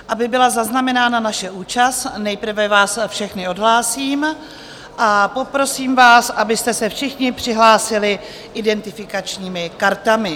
Aby byla zaznamenána naše účast, nejprve vás všechny odhlásím a poprosím vás, abyste se všichni přihlásili identifikačními kartami.